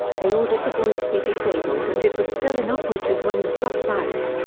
they ordered the buoy to be disabled and it was still inoperative when the sub sank.